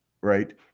Right